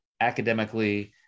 academically